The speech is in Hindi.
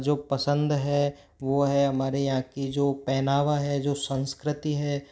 जो पसंद है वो है हमारे यहाँ का जो पहनावा है जो संस्कृति है